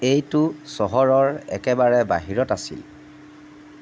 এইটো চহৰৰ একেবাৰে বাহিৰত আছিল